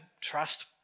trust